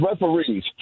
referees